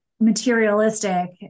Materialistic